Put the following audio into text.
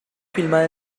filmada